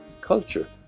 culture